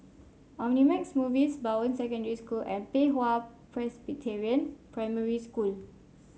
Omnimax Movies Bowen Secondary School and Pei Hwa Presbyterian Primary School